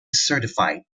certified